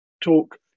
talk